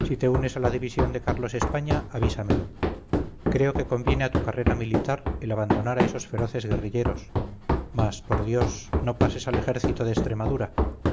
si te unes a la división de carlos españa avísamelo creo que conviene a tu carrera militar el abandonar a esos feroces guerrilleros más por dios no pases al ejército de extremadura